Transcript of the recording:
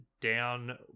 down